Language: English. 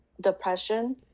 depression